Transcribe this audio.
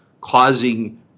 causing